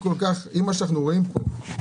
אם מה שאנחנו רואים פה,